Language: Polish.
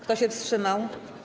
Kto się wstrzymał?